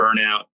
burnout